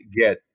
get